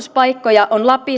ja